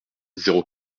zéro